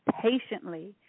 patiently